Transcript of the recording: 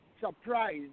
surprise